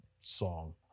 song